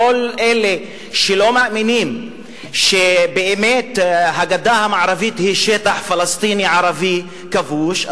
כל אלה שלא מאמינים שבאמת הגדה המערבית היא שטח פלסטיני ערבי כבוש,